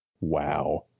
Wow